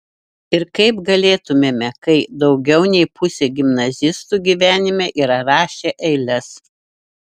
ir kaip galėtumėme kai daugiau nei pusė gimnazistų gyvenime yra rašę eiles